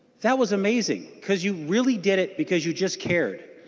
that was amazing because you really did it because you just cared.